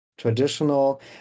Traditional